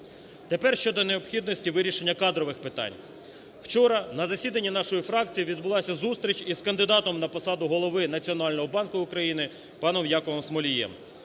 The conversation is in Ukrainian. Тепер щодо необхідності вирішення кадрових питань. Вчора на засіданні нашої фракції відбулася зустріч із кандидатом на посаду Голови Національного банку України паном Яковом Смолієм.